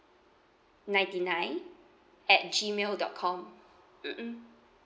ninety nine at gmail dot com mmhmm